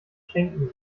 schenken